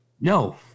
No